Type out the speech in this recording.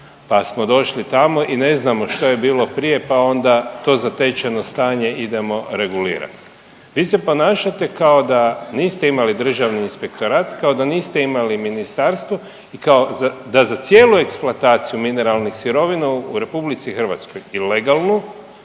pa smo došli tamo i ne znamo što je bilo prije pa onda to zatečeno stanje idemo regulirati. Vi se ponašate kao da niste imali Državni inspektorat, kao da niste imali ministarstvo i kao da za cijelu eksploataciju mineralnih sirovina u RH i legalnu